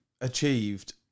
achieved